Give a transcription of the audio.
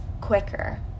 quicker